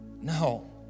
No